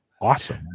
awesome